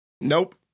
Nope